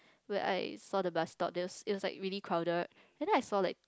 where I saw the bus stop there was it was like really crowded but then I saw like